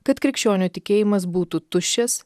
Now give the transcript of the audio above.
kad krikščionių tikėjimas būtų tuščias